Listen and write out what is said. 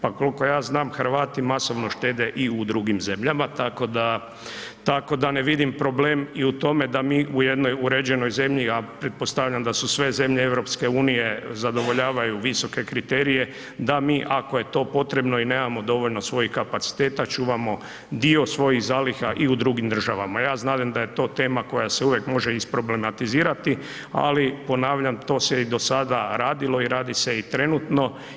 Pa koliko ja znam Hrvati masovno štede i u drugim zemljama, tako da ne vidim problem i u tome da mi u jednoj uređenoj zemlji, a pretpostavljam da su sve zemlje EU, zadovoljavaju visoke kriterije, da mi ako je to potrebno i nemamo dovoljno svojih kapaciteta čuvamo dio svojih zaliha i u drugim državama, ja znadem da je to tema koja se uvijek može isproblematizirati, ali ponavljam, to se i do sada radilo i radi se i trenutno.